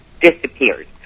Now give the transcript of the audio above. disappeared